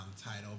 title